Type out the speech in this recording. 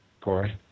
Corey